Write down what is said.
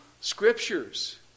scriptures